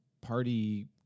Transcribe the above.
party